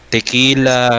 tequila